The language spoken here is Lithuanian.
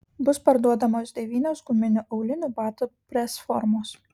bus parduodamos devynios guminių aulinių batų presformos